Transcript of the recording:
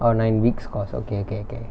orh nine weeks course okay okay okay